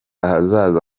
ahazaza